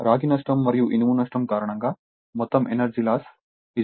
కాబట్టి రాగి నష్టం మరియు ఇనుము నష్టం కారణంగా మొత్తం ఎనర్జీ లాస్ 2